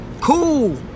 cool